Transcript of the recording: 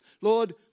Lord